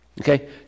Okay